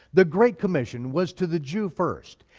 the great commission was to the jew first,